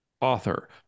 author